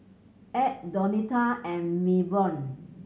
Edd Donita and Milburn